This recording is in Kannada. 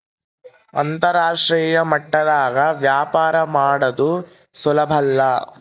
ಅಂತರಾಷ್ಟ್ರೀಯ ಮಟ್ಟದಾಗ ವ್ಯಾಪಾರ ಮಾಡದು ಸುಲುಬಲ್ಲ